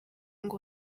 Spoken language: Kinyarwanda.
ngo